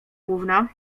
główna